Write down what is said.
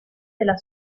della